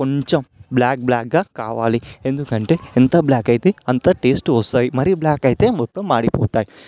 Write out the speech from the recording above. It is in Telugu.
కొంచెం బ్లాక్ బ్లాక్గా కావాలి ఎందుకంటే ఎంత బ్లాక్ అయితే అంత టేస్ట్ వస్తాయి మరీ బ్లాక్ అయితే మొత్తం మాడిపోతాయి